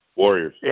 Warriors